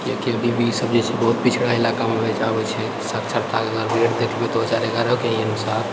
लेकिन अभी भी ईसब जे छै बहुत पिछड़ा इलाकामे आबै छै सक्षरताके अगर रेट देखि लिऔ तऽ दू हजार एगारहके अनुसार